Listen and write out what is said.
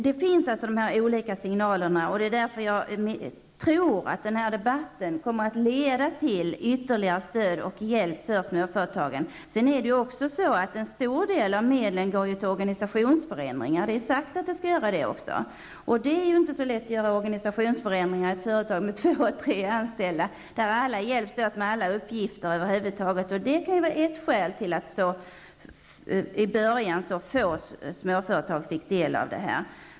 Det finns alltså olika signaler, och det är därför jag tror att den här debatten kommer att leda till ytterligare stöd och hjälp för småföretagen. En stor del av medlen går till organisationsförändringar, och det är också sagt att det skall vara på det sättet. Men det är inte så lätt att göra organisationsförändringar i företag med två eller tre anställda, där alla hjälps åt med alla uppgifter över huvud taget. Det kan vara ett skäl till att i början så få småföretag fick del av fondernas medel.